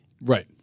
Right